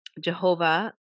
Jehovah